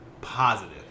positive